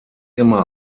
immer